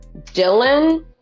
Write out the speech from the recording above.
dylan